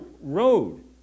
road